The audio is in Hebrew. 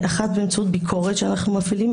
האחת, באמצעות ביקורת שאנחנו מפעילים,